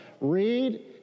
read